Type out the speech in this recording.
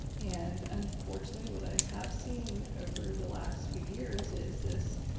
and unfortunately what i have seen over the last few years is this,